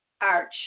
arch